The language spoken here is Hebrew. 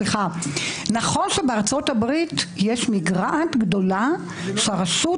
נכון שבארצות הברית יש מגרעת גדולה שהרשות